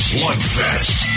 Slugfest